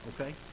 Okay